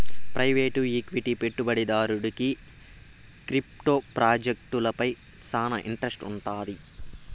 private equity పెట్టుబడిదారుడికి crypto ప్రాజెక్టులపై శానా ఇంట్రెస్ట్ వుండాది